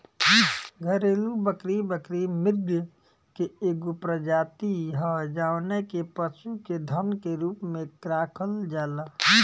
घरेलु बकरी, बकरी मृग के एगो प्रजाति ह जवना के पशु के धन के रूप में राखल जाला